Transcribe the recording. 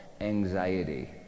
anxiety